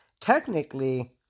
technically